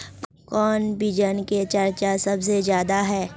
कौन बिचन के चर्चा सबसे ज्यादा है?